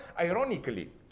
ironically